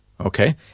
Okay